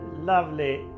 Lovely